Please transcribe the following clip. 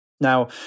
Now